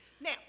Now